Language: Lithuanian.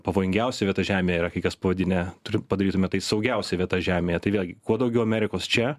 pavojingiausia vieta žemėje yra kai kas pavadinę turi padarytume tai saugiausia vieta žemėje tai vėlgi kuo daugiau amerikos čia